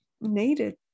needed